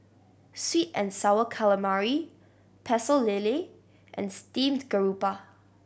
sweet and Sour Calamari Pecel Lele and steamed garoupa